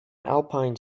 alpine